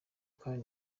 kandi